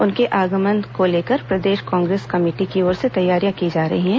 उनके आगमन को लेकर प्रदेश कांग्रेस कमेटी की ओर से तैयारियां की जा रही है